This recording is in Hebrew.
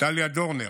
דליה דורנר,